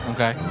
Okay